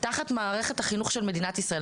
תחת מערכת החינוך של מדינת ישראל,